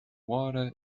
water